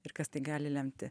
ir kas tai gali lemti